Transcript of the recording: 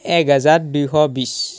এক হাজাৰ দুইশ বিশ